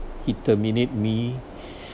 he terminate me